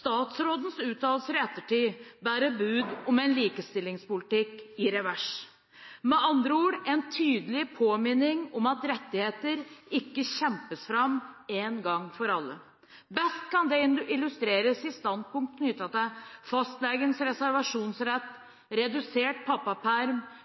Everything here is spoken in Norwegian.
Statsrådens uttalelser i ettertid bærer bud om en likestillingspolitikk i revers, med andre ord en tydelig påminning om at rettigheter ikke kjempes fram en gang for alle. Best kan dette illustreres med standpunkter knyttet til fastlegens reservasjonsrett, redusert pappaperm,